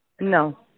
No